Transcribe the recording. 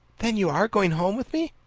then you are going home with me?